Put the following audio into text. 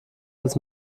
als